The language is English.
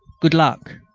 good luck!